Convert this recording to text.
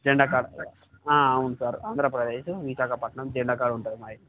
జెండా కాడ అవును సార్ ఆంధ్రప్రదేశ్ విశాఖపట్నం జెండా కాడ ఉంటుంది మా ఇల్లు